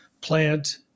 plant